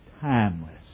timeless